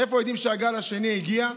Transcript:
מאיפה יודעים שהגל השני הגיע,